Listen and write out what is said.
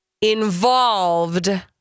involved